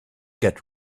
get